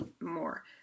more